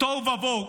תוהו ובוהו.